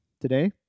today